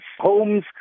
Homes